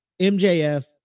MJF